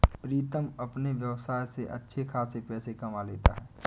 प्रीतम अपने व्यवसाय से अच्छे खासे पैसे कमा लेता है